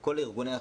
בכל ארגוני החירום,